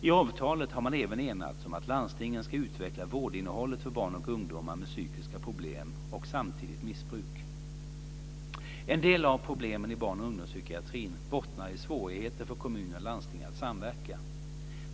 I avtalet har man även enats om att landstingen ska utveckla vårdinnehållet för barn och ungdomar med psykiska problem och samtidigt missbruk. En del av problemen i barn och ungdomspsykiatrin bottnar i svårigheter för kommuner och landsting att samverka.